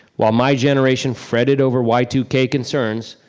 while my generation fretted over y two k concerns,